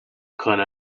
可能